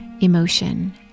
emotion